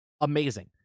amazing